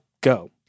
go